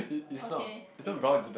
okay it's